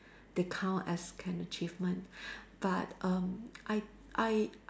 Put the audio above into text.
they count as an achievement but um I I